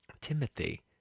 Timothy